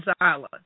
Island